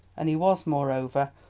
and he was, moreover,